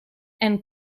and